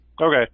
okay